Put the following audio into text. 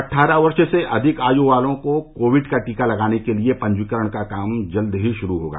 अटठारह वर्ष से अधिक आय वालों को कोविड का टीका लगाने के लिए पंजीकरण का काम जल्द ही शुरू होगा